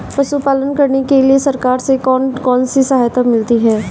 पशु पालन करने के लिए सरकार से कौन कौन सी सहायता मिलती है